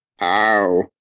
Ow